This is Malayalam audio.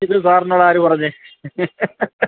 ഇത് സാറിനോട് ആര് പറഞ്ഞു